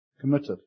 committed